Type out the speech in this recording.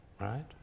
right